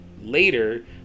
later